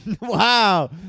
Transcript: Wow